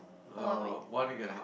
uh one week and a half